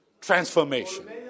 transformation